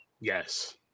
yes